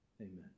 Amen